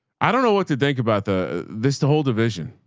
i don't know what to think about the, this, the whole division.